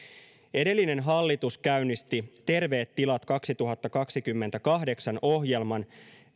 edellinen hallitus käynnisti terveet tilat kaksituhattakaksikymmentäkahdeksan ohjelman